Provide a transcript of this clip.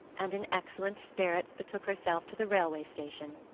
and in excellent spirits betook herself to the railway station.